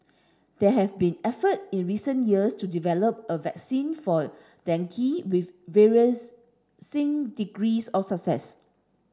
there have been effort in recent years to develop a vaccine for dengue with degrees of success